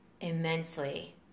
immensely